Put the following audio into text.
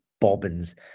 bobbins